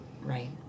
Right